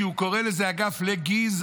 כי הוא קורא לזה אגף לגזענות.